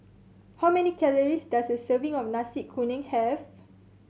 how many calories does a serving of Nasi Kuning have